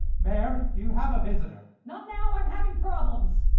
mayor. you have a visitor. not now, i'm having problems.